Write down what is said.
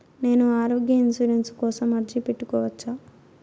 నేను ఆరోగ్య ఇన్సూరెన్సు కోసం అర్జీ పెట్టుకోవచ్చా?